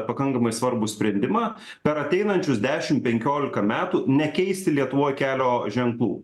pakankamai svarbų sprendimą per ateinančius dešim penkiolika metų nekeisi lietuvoj kelio ženklų